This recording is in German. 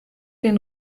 den